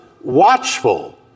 watchful